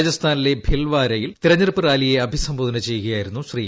രാജസ്ഥാനിലെ ഭിൽവാരയിൽ തെരഞ്ഞെടുപ്പ് റാലിയെ അഭിസംബോധന ചെയ്യുകയായിരുന്നു ശ്രീ